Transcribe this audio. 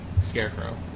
Scarecrow